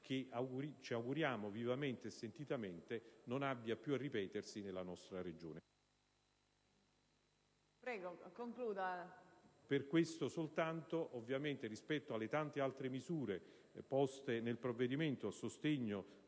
che ci auguriamo vivamente e sentitamente non abbia più a ripetersi nella nostra Regione. Soltanto per questo, ovviamente rispetto alle tante altre misure poste nel provvedimento a sostegno